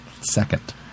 Second